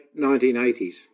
1980s